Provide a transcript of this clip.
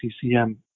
CCM